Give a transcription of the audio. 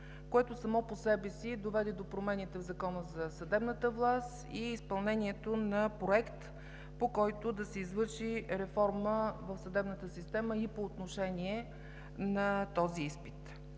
което само по себе си доведе до промените в Закона за съдебната власт и изпълнението на проект, по който да се извърши реформа в съдебната система и по отношение на този изпит.